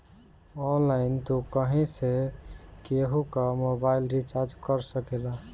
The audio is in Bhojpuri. ऑनलाइन तू कहीं से केहू कअ मोबाइल रिचार्ज कर सकेला